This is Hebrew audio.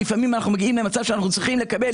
שלפעמים אנחנו מגיעים למצב שאנחנו צריכים לקבל